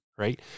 Right